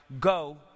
Go